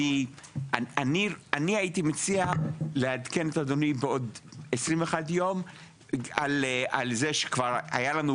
אני הייתי מציע לעדכן את אדוני בעוד 21 יום על זה שכבר היה לנו,